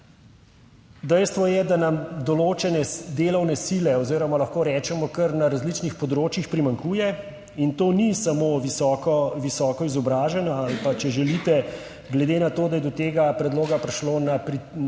Dejstvo je, da nam določene delovne sile oziroma lahko rečemo kar na različnih področjih primanjkuje in to ni samo visoko izobražena ali pa, če želite, glede na to, da je do tega predloga prišlo, na predlog